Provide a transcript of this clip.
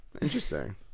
Interesting